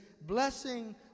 blessing